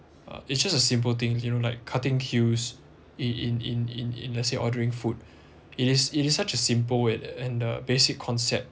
uh it's just a simple thing you know like cutting queues in in in in let's say you ordering food it is it is such a simple and the basic concept